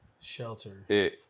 Shelter